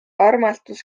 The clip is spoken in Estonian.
armastus